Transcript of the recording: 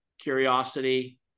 curiosity